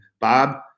Bob